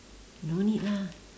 no need lah